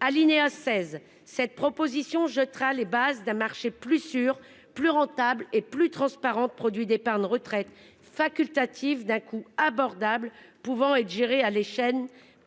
alinéa 16 cette proposition jettera les bases d'un marché plus sûr, plus rentables et plus transparentes, produit d'épargne retraite facultatif d'un coût abordable pouvant être à l'échelle